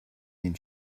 den